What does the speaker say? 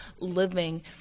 living